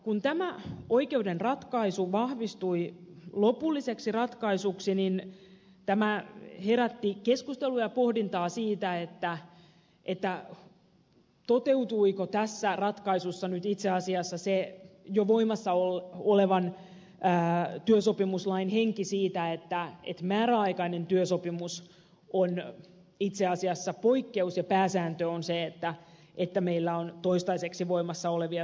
kun tämä oikeuden ratkaisu vahvistui lopulliseksi ratkaisuksi tämä herätti keskustelua ja pohdintaa siitä toteutuiko tässä ratkaisussa itse asiassa se jo voimassa olevan työsopimuslain henki siitä että määräaikainen työsopimus on itse asiassa poikkeus ja pääsääntö on se että meillä on toistaiseksi voimassa olevia työsopimuksia